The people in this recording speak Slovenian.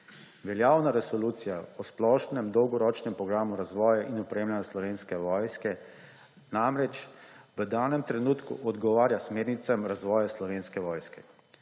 Veljavna resolucija o splošnem dolgoročnem programu razvoja in opremljanja Slovenske vojske namreč v danem trenutku odgovarja smernicam razvoja Slovenske vojske,